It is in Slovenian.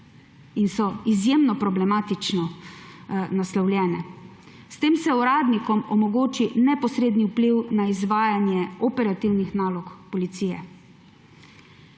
ki so izjemno problematično naslovljene. S tem se uradnikom omogoči neposredni vpliv na izvajanje operativnih nalog policije.